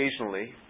occasionally